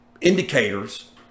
indicators